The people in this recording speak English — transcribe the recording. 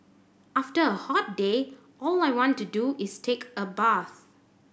after a hot day all I want to do is take a bath